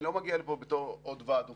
אני לא מגיע לפה בתור עוד ועד עובדים.